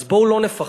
אז בואו לא נפחד.